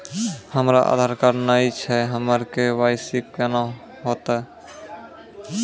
हमरा आधार कार्ड नई छै हमर के.वाई.सी कोना हैत?